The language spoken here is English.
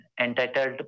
entitled